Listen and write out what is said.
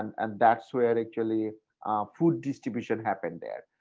and that's where actually food distribution happened there.